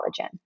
collagen